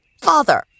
Father